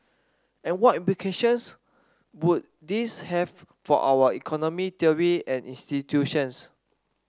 and what implications would this have for our economic theory and institutions